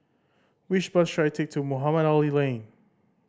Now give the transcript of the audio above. which bus should I take to Mohamed Ali Lane